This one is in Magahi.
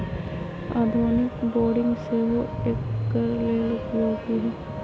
आधुनिक बोरिंग सेहो एकर लेल उपयोगी है